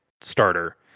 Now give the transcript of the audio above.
starter